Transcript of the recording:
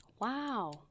Wow